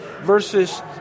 versus